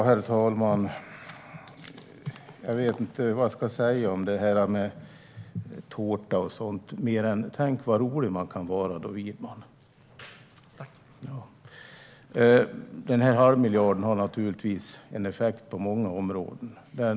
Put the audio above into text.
Herr talman! Jag vet inte vad jag ska säga om detta med tårtan. Men tänk vad rolig man kan vara då, Widman! Den här halvmiljarden har naturligtvis en effekt på många områden.